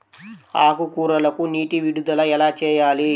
ఆకుకూరలకు నీటి విడుదల ఎలా చేయాలి?